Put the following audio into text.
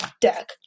deck